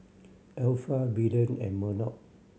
Alpha Belen and Murdock